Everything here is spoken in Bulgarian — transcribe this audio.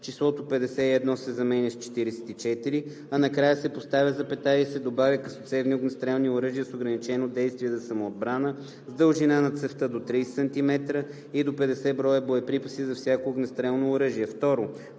числото „51“ се заменя с „44“, а накрая се поставя запетая и се добавя „късоцевни огнестрелни оръжия с ограничено действие за самоотбрана с дължина на цевта до 30 сантиметра и до 50 броя боеприпаси за всяко огнестрелно оръжие“.